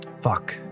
Fuck